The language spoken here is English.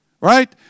right